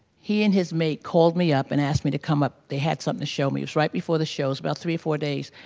he and his mate called me up and asked me to come up, they had something to show me. it was right before the shows, about three or four days.